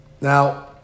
Now